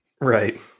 Right